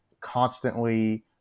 constantly